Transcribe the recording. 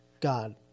God